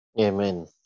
Amen